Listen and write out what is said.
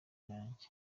yanjye